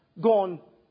gone